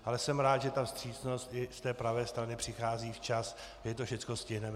Ale jsem rád, že ta vstřícnost i z té pravé strany přichází včas, že to všechno stihneme.